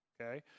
Okay